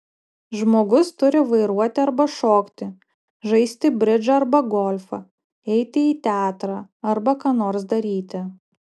žmogus turi vairuoti arba šokti žaisti bridžą arba golfą eiti į teatrą arba ką nors daryti